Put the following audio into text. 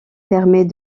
permet